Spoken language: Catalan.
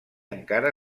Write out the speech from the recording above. encara